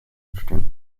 entstehen